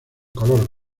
color